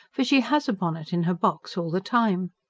for she has a bonnet in her box all the time.